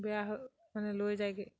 বেয়া হৈ মানে লৈ যায়গৈ